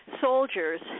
soldiers